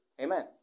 Amen